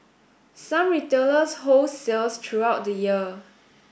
some retailers hold sales throughout the year